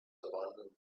abandoned